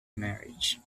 marriage